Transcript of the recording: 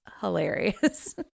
hilarious